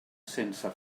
sense